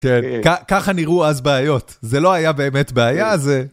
תראה, ככה נראו אז בעיות, זה לא היה באמת בעיה, זה...